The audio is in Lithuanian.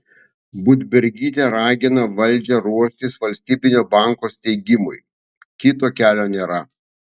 budbergytė ragina valdžią ruoštis valstybinio banko steigimui kito kelio nėra